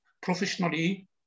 professionally